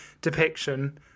depiction